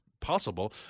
possible